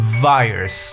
virus